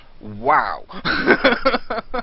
Wow